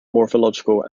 morphological